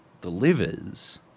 delivers